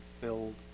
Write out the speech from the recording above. filled